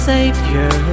Savior